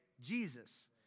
Jesus